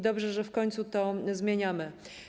Dobrze, że w końcu to zmieniamy.